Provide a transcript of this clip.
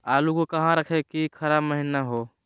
आलू को कहां रखे की खराब महिना हो?